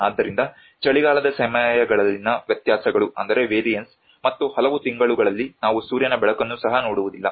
ಆದ್ದರಿಂದ ಚಳಿಗಾಲದ ಸಮಯಗಳಲ್ಲಿನ ವ್ಯತ್ಯಾಸಗಳು ಮತ್ತು ಹಲವು ತಿಂಗಳುಗಳಲ್ಲಿ ನಾವು ಸೂರ್ಯನ ಬೆಳಕನ್ನು ಸಹ ನೋಡುವುದಿಲ್ಲ